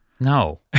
No